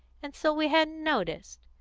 and so we hadn't noticed.